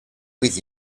with